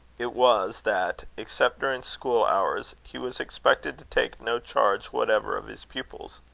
it was, that, except during school-hours, he was expected to take no charge whatever of his pupils.